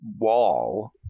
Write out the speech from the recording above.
wall